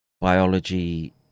biology